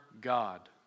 God